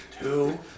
two